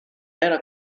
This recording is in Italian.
era